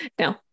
No